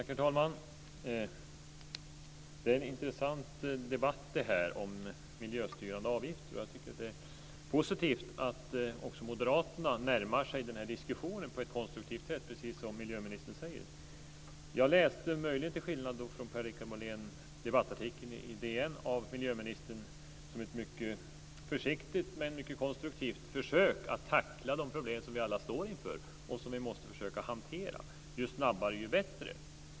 Herr talman! Det är en intressant debatt, det här om miljöstyrande avgifter. Jag tycker att det är positivt att också Moderaterna närmar sig den här diskussionen på ett konstruktivt sätt, precis som miljöministern säger. Jag läste, möjligen till skillnad från Per-Richard Molén, debattartikeln av miljöministern i DN som ett mycket försiktigt men mycket konstruktivt försök att tackla de problem som vi alla står inför och som vi måste försöka hantera - ju snabbare desto bättre.